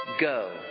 Go